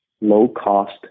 low-cost